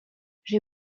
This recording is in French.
j’ai